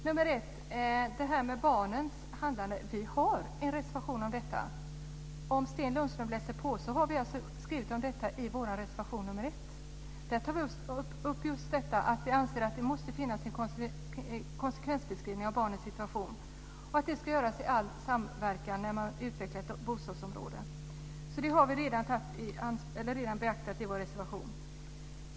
Fru talman! Vad för det första gäller barnens inflytande har vi avgivit en reservation där detta behandlas. Om Sten Lundström läser på finner han att vi har skrivit om det i vår reservation 1. Vi framhåller där att vi anser att det måste göras konsekvensbeskrivningar av barnens situation i samband med utveckling av bostadsområden. Detta har vi alltså redan beaktat i vår reservation.